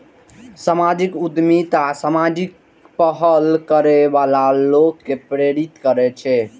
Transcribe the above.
सामाजिक उद्यमिता सामाजिक पहल करै बला लोक कें प्रेरित करै छै